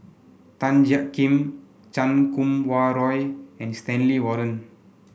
Tan Jiak Kim Chan Kum Wah Roy and Stanley Warren